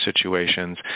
situations